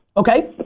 okay.